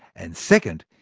and second,